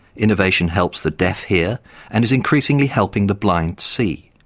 innovation helps the deaf hear and is increasingly helping the blind see.